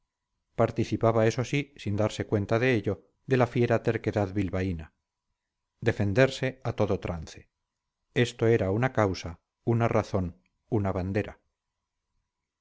participaba eso sí sin darse cuenta de ello de la fiera terquedad bilbaína defenderse a todo trance esto era una causa una razón una bandera